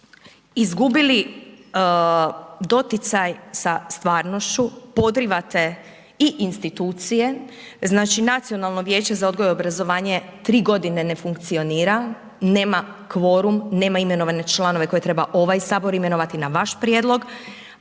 izgubili doticaj sa stvarnošću, podrivate i institucije, znači Nacionalno vijeće za odgoj i obrazovanje 3.g. ne funkcionira, nema kvorum, nema imenovane članove koje treba ovaj Sabor imenovati na vaš prijedlog,